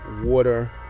water